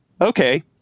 okay